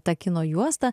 ta kino juosta